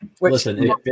Listen